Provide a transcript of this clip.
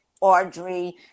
Audrey